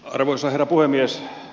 arvoisa herra puhemies